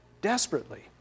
desperately